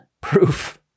proof